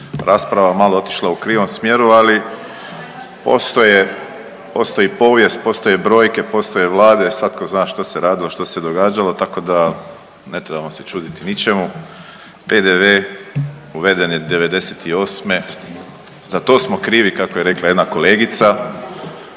rasprava malo otišla u krivom smjeru, ali postoje, postoji povijest, postoje brojke, postoje Vlade, svatko zna što se radilo, što se događalo, tako da ne trebamo se čuditi ničemu. PDV uveden je '98., za to smo krivi kako je rekla jedna kolegica,